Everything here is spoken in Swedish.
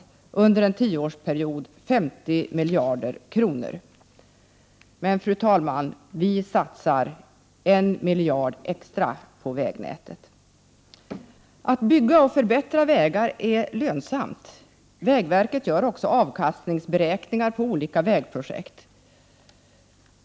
Det är under en tioårsperiod fråga om 50 miljarder kronor. Vi moderater, fru talman, satsar 1 miljard extra på vägnätet. Att bygga och förbättra vägar är lönsamt. Vägverket gör också avkastningsberäkningar för olika vägprojekt.